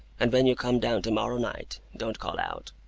and when you come down to-morrow night, don't call out!